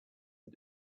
not